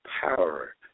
power